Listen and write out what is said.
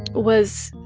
was,